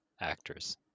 actors